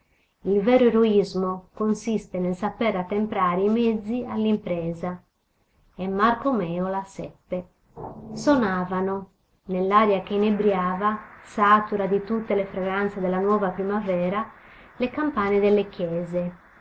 il vero eroismo consiste nel sapere attemprare i mezzi all'impresa e marco mèola seppe sonavano nell'aria che inebriava satura di tutte le fragranze della nuova primavera le campane delle chiese